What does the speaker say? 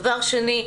דבר שני,